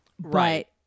Right